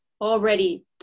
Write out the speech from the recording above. already